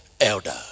elder